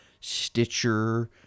Stitcher